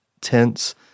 tense